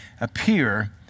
appear